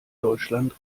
deutschland